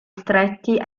stretti